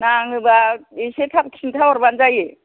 नाङोबा एसे थाब खिन्था हरबानो जायो